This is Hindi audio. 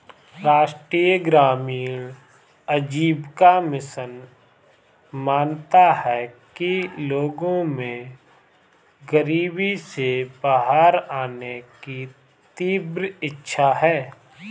राष्ट्रीय ग्रामीण आजीविका मिशन मानता है कि लोगों में गरीबी से बाहर आने की तीव्र इच्छा है